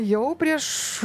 jau prieš